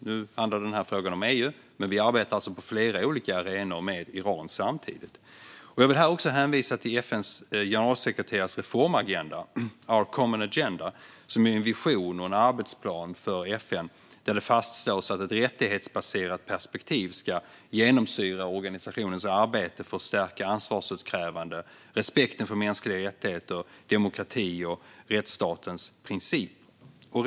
Nu handlade frågan om EU, men vi arbetar alltså på flera olika arenor med Iran samtidigt. Jag vill också hänvisa till FN:s generalsekreterares reformagenda, Our Common Agenda, som är en vision och en arbetsplan för FN där det fastslås att ett rättighetsbaserat perspektiv ska genomsyra organisationens arbete för att stärka ansvarsutkrävande, respekten för mänskliga rättigheter, demokrati och rättsstatens principer.